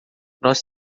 nós